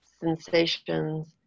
sensations